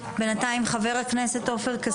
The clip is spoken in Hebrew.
אבל רק במענה למה שאמר האדון שאינני זוכר את שמו,